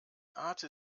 beate